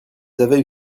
avaient